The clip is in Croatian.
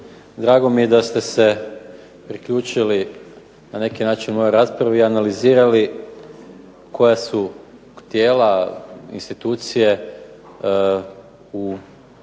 drago mi je da ste se priključili mojoj raspravi i analizirali koja su tijela, institucije u vezi